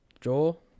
Joel